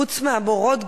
חוץ מהמורות,